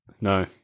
No